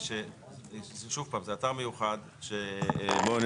שוב פעם זה אתר מיוחד שבו